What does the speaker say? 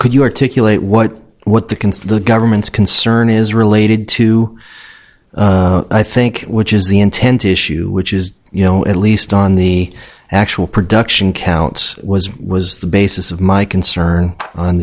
could you articulate what what the construe the government's concern is related to i think which is the intent issue which is you know at least on the actual production counts was was the basis of my concern on